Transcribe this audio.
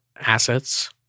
assets—